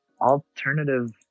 alternative